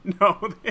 No